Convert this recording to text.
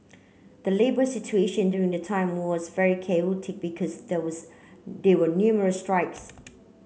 the labour situation during the time was very chaotic because there was there were numerous strikes